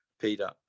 Peter